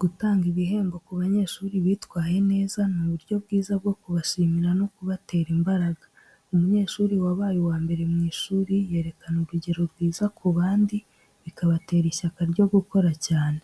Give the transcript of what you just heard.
Gutanga ibihembo ku banyeshuri bitwaye neza ni uburyo bwiza bwo kubashimira no kubatera imbaraga. Umunyeshuri wabaye uwa mbere mu ishuri yerekana urugero rwiza ku bandi, bikabatera ishyaka ryo gukora cyane.